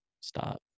Stop